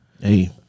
Hey